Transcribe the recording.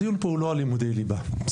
הדיון פה הוא לא על לימודי ליבה בסדר?